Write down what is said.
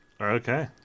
Okay